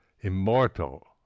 immortal